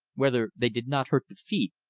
whether they did not hurt the feet,